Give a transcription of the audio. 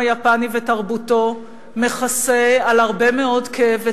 היפני ותרבותו מכסה על הרבה מאוד כאב וצער,